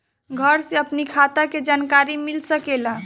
घर से अपनी खाता के जानकारी मिल सकेला?